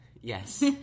Yes